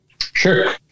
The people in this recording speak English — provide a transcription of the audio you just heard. Sure